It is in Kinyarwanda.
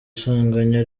sanganya